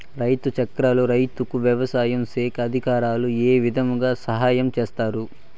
రుతు చక్రంలో రైతుకు వ్యవసాయ శాఖ అధికారులు ఏ విధంగా సహాయం చేస్తారు?